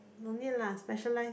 no need lah specialise